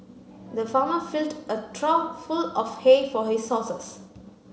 the farmer filled a trough full of hay for his horses